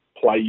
play